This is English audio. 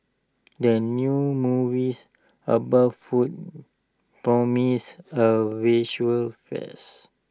the new movies about food promises A visual fess